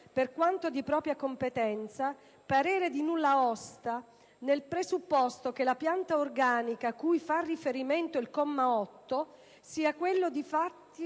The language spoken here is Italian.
per quanto di propria competenza, parere di nulla osta, nel presupposto che la pianta organica cui fa riferimento il comma 8 sia quella di fatto